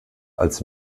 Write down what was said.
als